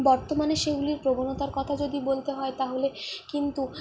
বর্তমানে সেগুলির প্রবণতার কথা যদি বলতে হয় তাহলে কিন্তু